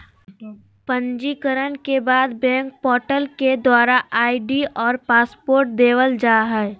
पंजीकरण के बाद बैंक पोर्टल के द्वारा आई.डी और पासवर्ड देवल जा हय